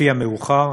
לפי המאוחר,